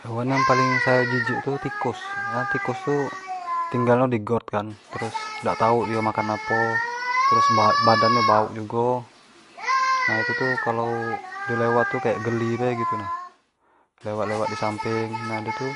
Hewan yang paling sayo jijik tu tikus, kareno tikus tu tinggal di got kan, terus dak tau dio makan apo, terus badan nyo bauk jugo, nah itu tu kalaudi lewat tu kayak geli bae gitu nah, lewat-lewat disamping, nah dio tu